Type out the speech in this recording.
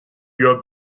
your